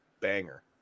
banger